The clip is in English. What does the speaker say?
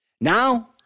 Now